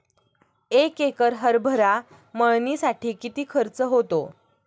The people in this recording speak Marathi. एक एकर हरभरा मळणीसाठी किती खर्च होतो?